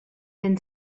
been